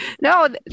No